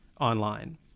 online